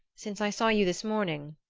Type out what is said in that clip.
since i saw you this morning,